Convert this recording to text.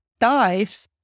dives